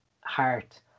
heart